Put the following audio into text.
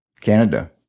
Canada